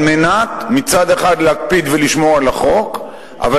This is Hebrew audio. על מנת מצד אחד להקפיד ולשמור על החוק אבל